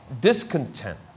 discontent